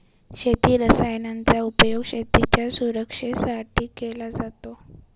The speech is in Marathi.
शेती रसायनांचा उपयोग शेतीच्या सुरक्षेसाठी केला जातो